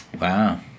Wow